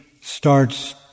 starts